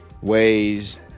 ways